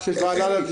ועדה.